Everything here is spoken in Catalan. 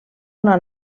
una